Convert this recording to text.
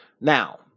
Now